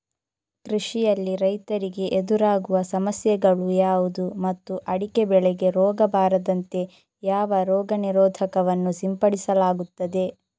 ಕೃಷಿಯಲ್ಲಿ ರೈತರಿಗೆ ಎದುರಾಗುವ ಸಮಸ್ಯೆಗಳು ಯಾವುದು ಮತ್ತು ಅಡಿಕೆ ಬೆಳೆಗೆ ರೋಗ ಬಾರದಂತೆ ಯಾವ ರೋಗ ನಿರೋಧಕ ವನ್ನು ಸಿಂಪಡಿಸಲಾಗುತ್ತದೆ?